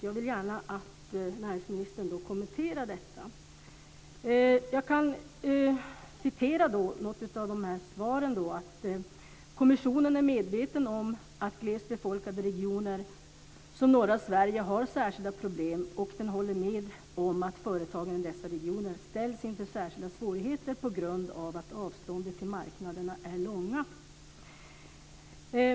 Jag vill gärna att näringsministern kommenterar detta. Jag kan citerar det här svaret. Det står: "Kommissionen är medveten om att glest befolkade regioner som norra Sverige har särskilda problem, och den håller med om att företagen i dessa regioner ställs inför särskilda svårigheter på grund av att avstånden till marknaderna är långa."